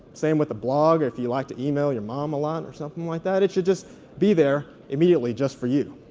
same with the blog if you you like to email your mom a lot or something like that. it should just be there immediately just for you.